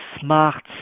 smart